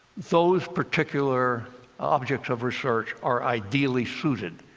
those particular objects of research are ideally suited.